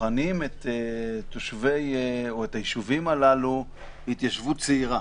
מכנים את הישובים הללו התיישבות צעירה.